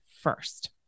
first